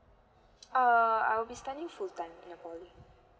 err I'll be studying full time in the poly